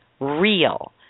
real